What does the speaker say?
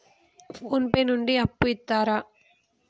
Phone pay నుండి అప్పు ఇత్తరా?